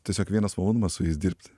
tiesiog vienas malonumas su jais dirbti